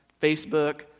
Facebook